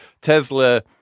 Tesla